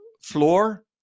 floor